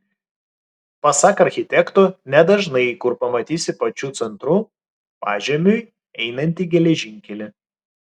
pasak architekto nedažnai kur pamatysi pačiu centru pažemiui einantį geležinkelį